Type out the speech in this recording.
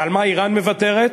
ועל מה איראן מוותרת?